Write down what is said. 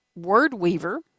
WordWeaver